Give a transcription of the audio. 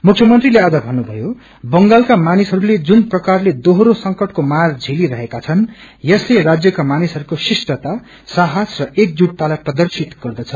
मुख्यमंत्रीले आज भन्नुथ्यो बंगालका मानिसहस्ले ुन प्रकारले दोहोरो संकटाके मार श्रेलीरहेका छन् यसले राज्यका मानिसहस्को शिष्टता साहस र एकजूटतालाई प्रदेशित गर्दछ